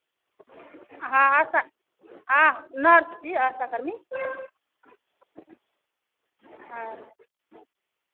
हाँ आसा हाँ नर्स छी आसा कर्मी हाँ